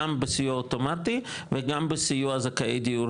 גם בסיוע האוטומטי וגם בסיוע זכאי דיור